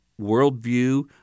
worldview